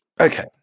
Okay